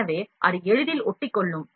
எனவே அது எளிதில் ஒட்டிக்கொள்ளும்